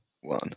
one